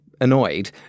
annoyed